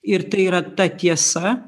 ir tai yra ta tiesa